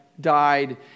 died